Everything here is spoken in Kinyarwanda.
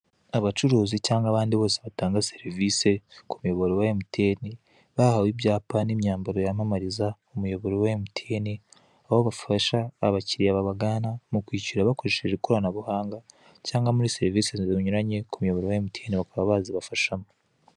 Abacuruzi cyangwa abandi bose batanga serivise ku muyuboro wa emutiyene, bahawe ibyapa ndetse n'imyambaro yamamariza umuyoboro wa emutiyene, aho bafasha abakiriya babagana mu kwishyura bakoresheje ikoranabuhanga, cyangwa muri serivise zinyuranye ku muyoboro wa emutiyene bakaba bazibafashamo.